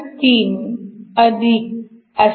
43 असे